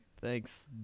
Thanks